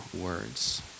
words